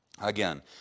again